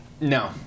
No